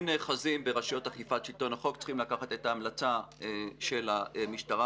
אם נאחזים ברשויות אכיפת שלטון החוק צריכים לקחת את ההמלצה של המשטרה,